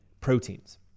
proteins